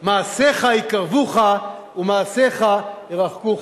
מעשיך יקרבוך ומעשיך ירחקוך.